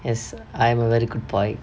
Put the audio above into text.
yes I'm a very good boy